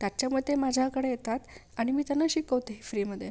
त्याच्याम ते माझ्याकडे येतात आणि मी त्यांना शिकवते फ्रीमध्ये